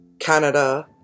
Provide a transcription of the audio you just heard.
Canada